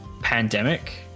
pandemic